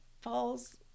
falls